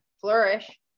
flourish